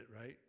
right